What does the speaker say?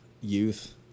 youth